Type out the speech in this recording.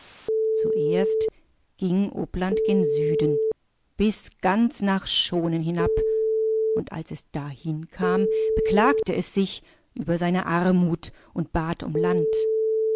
zuerst ging uppland gen süden bis ganz nach schoonen hinab und als es dahin kam beklagte es sich über seine armut und bat um land